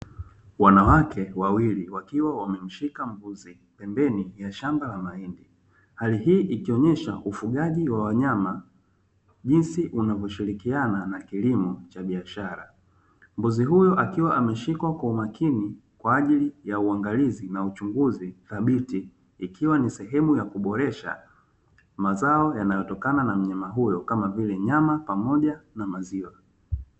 Wanawake wawili wakiwa wamemshika mbuzi, pembeni ya shamba la mahindi. Hali hii ikionyesha ufugaji wa wanyama, jinsi unavyoshirikiana na kilimo cha biashara. Mbuzi huyo akiwa ameshikwa kwa umakini kwa ajili ya uangalizi na uchunguzi thabiti, ikiwa ni sehemu ya kuboresha mazao yanayotokana na mnyama huyo kama vile nyama, pamoja na maziwa.